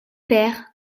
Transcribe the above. perd